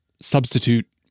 substitute